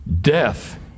Death